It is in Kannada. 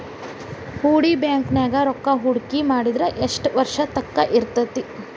ಹೂಡಿ ಬ್ಯಾಂಕ್ ನ್ಯಾಗ್ ರೂಕ್ಕಾಹೂಡ್ಕಿ ಮಾಡಿದ್ರ ಯೆಷ್ಟ್ ವರ್ಷದ ತಂಕಾ ಇರ್ತೇತಿ?